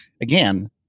again